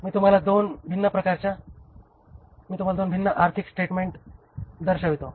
मी तुम्हाला 2 भिन्न आर्थिक स्टेटमेन्ट दर्शवितो